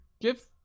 give